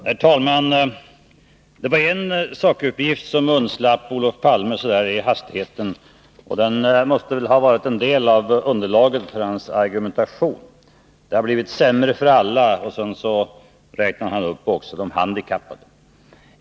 Herr talman! Det var en sakuppgift som undslapp Olof Palme i hastigheten och som måste ha varit en del av underlaget för hans argumentation. ”Det har blivit sämre för alla”, sade han och nämnde också de handikappade.